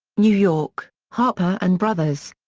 new york harper and brothers.